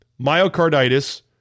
myocarditis